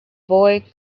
boy